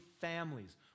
families